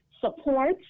support